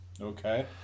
Okay